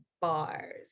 Bars